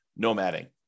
nomading